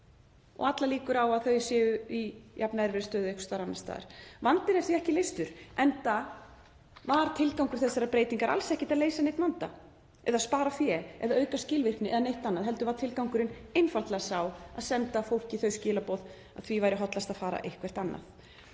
Allar líkur eru á að þeir séu í jafn vondri stöðu einhvers staðar annars staðar. Vandinn er því ekki leystur enda var tilgangur þessarar breytingar alls ekkert að leysa neinn vanda eða spara fé, auka skilvirkni eða neitt annað heldur var tilgangurinn einfaldlega sá að senda fólki þau skilaboð að því væri hollast að fara eitthvert annað.